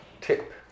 tip